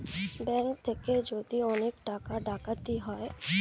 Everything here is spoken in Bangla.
ব্যাঙ্ক থেকে যদি অনেক টাকা ডাকাতি হয়